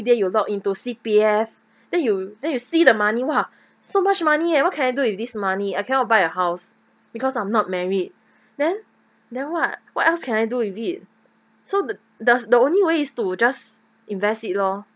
day you log in to C_P_F then you then you see the money !wah! so much money and what can I do with this money I cannot buy a house because I'm not married then then what what else can I do with it so the does the only way is to just invest it lor